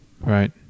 right